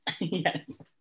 Yes